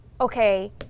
okay